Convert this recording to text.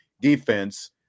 defense